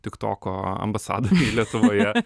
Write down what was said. tik toko ambasadoriai lietuvoje